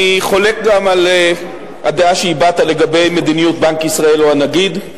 אני חולק גם על הדעה שהבעת לגבי מדיניות בנק ישראל או הנגיד.